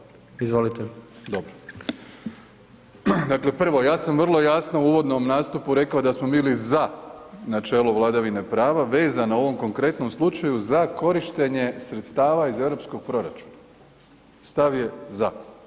Dakle, prvo ja sam vrlo jasno u uvodnom nastupu rekao da smo bili za načelo vladavine prava, vezano u ovom konkretnom slučaju za korištenje sredstava iz europskog proračuna, stav je za.